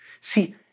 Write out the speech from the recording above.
See